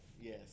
yes